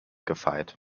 gefeit